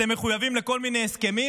אתם מחויבים לכל מיני הסכמים?